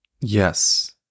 Yes